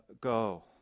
go